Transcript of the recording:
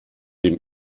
dem